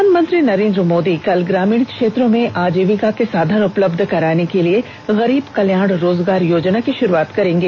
प्रधानमंत्री नरेन्द्र मोदी कल ग्रामीण क्षेत्रों में आजीविका के साधन उपलब्ध कराने के लिए गरीब कल्याण रोजगार अभियान की शुरूआत करेंगे